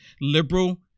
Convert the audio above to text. liberal